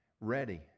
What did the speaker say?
ready